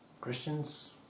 Christians